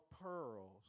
pearls